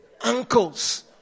Uncles